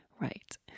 right